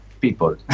people